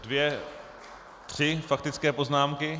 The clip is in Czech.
Dvě, tři faktické poznámky.